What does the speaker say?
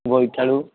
ବୋଇତାଳୁ